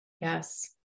Yes